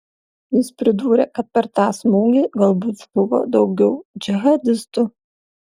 jis pridūrė kad per tą smūgį galbūt žuvo daugiau džihadistų